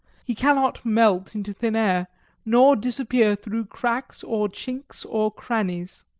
he cannot melt into thin air nor disappear through cracks or chinks or crannies.